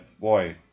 boy